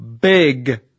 big